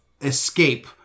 escape